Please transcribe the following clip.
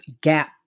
gap